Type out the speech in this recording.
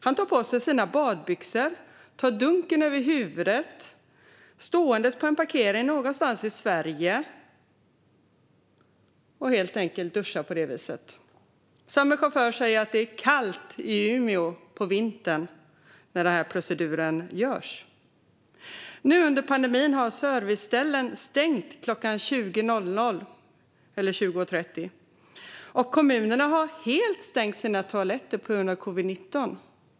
Han tar på sig sina badbyxor och slår dunken över huvudet ståendes på en parkering någonstans i Sverige. Han duschar helt enkelt på det viset. Samme chaufför säger att det är kallt i Umeå på vintern när proceduren görs. Under pandemin har serviceställen stängt klockan 20.00 eller 20.30, och kommunerna har stängt sina toaletter helt på grund av covid-19.